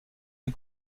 des